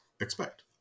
expect